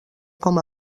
com